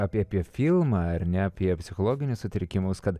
apie apie filmą ar ne apie psichologinius sutrikimus kad